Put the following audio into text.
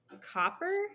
copper